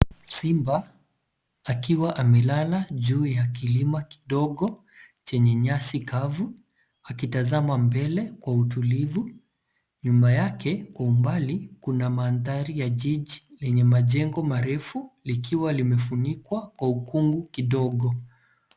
Simba akiwa amelala juu ya kilima kidogo chenye nyasi kavu akitazama mbele kwa utulivu. Nyuma yake kwa mbali kuna mandhari ya jiji yenye majengo marefu ilikuwa limefunikwa kwa ukungu kidogo.